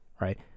right